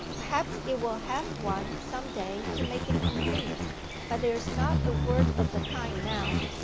perhaps it will have one some day to make it complete but there's not a word of the kind now.